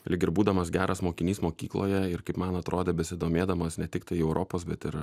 lyg ir būdamas geras mokinys mokykloje ir kaip man atrodė besidomėdamas ne tiktai europos bet ir